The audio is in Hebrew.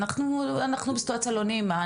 אנחנו בסיטואציה לא נעימה,